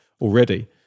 already